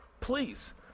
Please